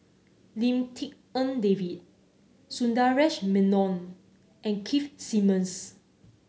Lim Tik En David Sundaresh Menon and Keith Simmons